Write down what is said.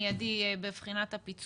נתנו להם את המידע והם החליטו בסוף על פי